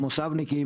המושבניקים,